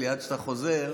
עד שאתה חוזר,